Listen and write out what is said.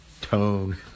tone